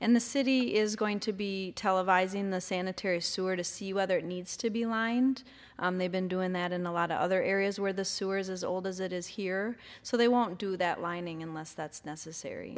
in the city is going to be televising the sanitary sewer to see whether it needs to be lined and they've been doing that in the lot other areas where the sewers as old as it is here so they won't do that lining unless that's necessary